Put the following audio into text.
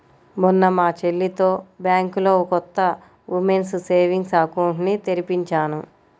మొన్న మా చెల్లితో బ్యాంకులో కొత్త ఉమెన్స్ సేవింగ్స్ అకౌంట్ ని తెరిపించాను